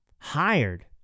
hired